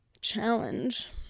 challenge